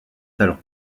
talent